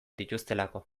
dituztelako